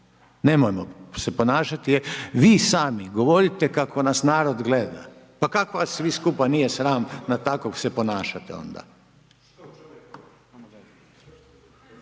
nemojmo se ponašati, vi sami govorite kako nas narod gleda, pa kako vas svi skupa sram tako se ponašati onda.